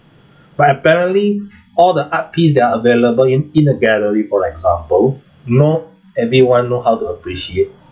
but apparently all the art piece that are available in in a gallery for example not everyone know how to appreciate